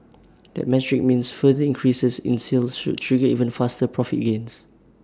that metric means further increases in sales should trigger even faster profit gains